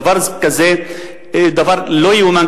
דבר כזה הוא דבר לא יאומן,